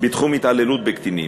בתחום התעללות בקטינים.